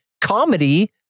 comedy